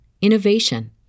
innovation